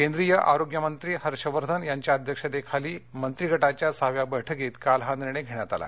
केंद्रीय आरोग्य मंत्री हर्षवर्धन यांच्या अध्यक्षतेखाली मंत्रीगटाच्या सहाव्या बैठकीत काल हा निर्णय घेण्यात आला